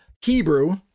Hebrew